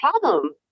problem